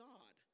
God